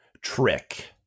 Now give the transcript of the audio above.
Trick